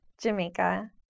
Jamaica